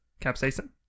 Capsaicin